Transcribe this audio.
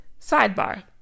Sidebar